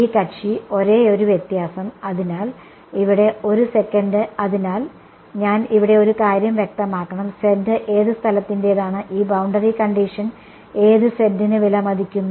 ഈ കക്ഷി ഒരേയൊരു വ്യത്യാസം അതിനാൽ ഇവിടെ 1 സെക്കൻഡ് അതിനാൽ ഞാൻ ഇവിടെ ഒരു കാര്യം വ്യക്തമാക്കണം z ഏത് സ്ഥലത്തിന്റേതാണ് ഈ ബൌണ്ടറി കണ്ടിഷൻ ഏത് z ന് വിലമതിക്കുന്നു